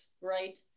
right